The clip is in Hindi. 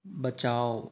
बचाओ